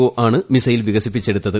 O ആണ് missile വികസിപ്പിച്ചെടുത്തത്